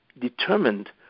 determined